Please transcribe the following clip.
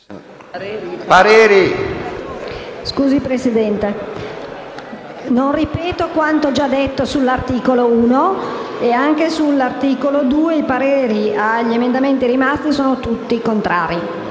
Signor Presidente, non ripeto quanto già detto sull'articolo 1. Anche sull'articolo 2 i pareri agli emendamenti presentati sono tutti contrari.